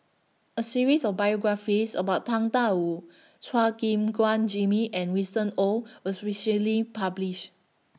A series of biographies about Tang DA Wu Chua Gim Guan Jimmy and Winston Oh was recently published